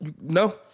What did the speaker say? no